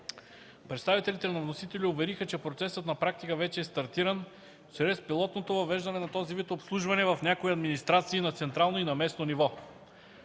Представителите на вносителя увериха, че процесът на практика вече е стартиран чрез пилотно въвеждане на този вид обслужване в някои администрации на централно и на местно ниво.